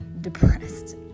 depressed